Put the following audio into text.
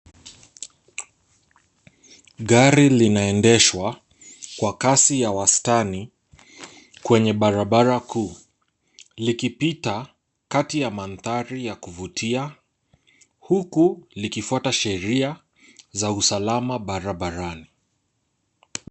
Gari linaendeshwa kwa kazi ya wastani kwenye barabara kuu likipita kati ya mandhari ya kuvutia huku likifuata sheria za usalama barabarani.